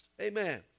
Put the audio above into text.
Amen